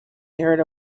heard